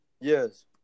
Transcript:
Yes